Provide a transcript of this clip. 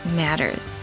matters